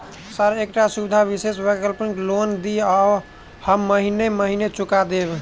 Sir एकटा सुविधा विशेष वैकल्पिक लोन दिऽ हम महीने महीने चुका देब?